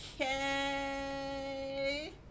okay